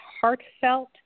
Heartfelt